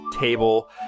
table